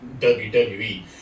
WWE